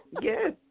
Yes